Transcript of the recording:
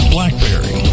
BlackBerry